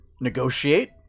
negotiate